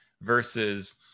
versus